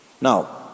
now